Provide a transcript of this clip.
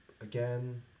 again